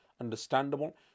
understandable